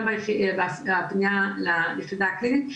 גם הפנייה ליחידה הקלינית,